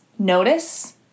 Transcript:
Notice